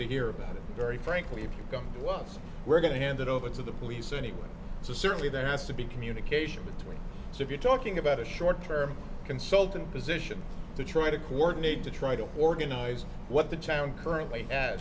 to hear about it very frankly if you come to us we're going to hand it over to the police anyway so certainly there has to be communication between so if you're talking about a short term consultant position to try to coordinate to try to organize what the chant currently